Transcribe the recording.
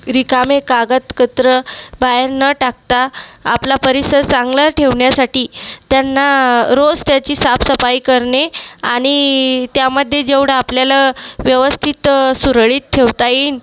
रिकामे कागदकत्रं बाहेर न टाकता आपला परिसर चांगला ठेवण्यासाठी त्यांना रोज त्याची साफसफाई करणे आणि त्यामध्ये जेवढं आपल्याला व्यवस्थित सुरळीत ठेवता येईन